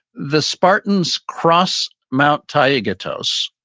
the spartans cross mt. taygetus,